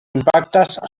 impactes